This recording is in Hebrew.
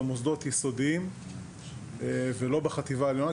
במוסדות יסודיים ולא בחטיבה עליונה,